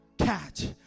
catch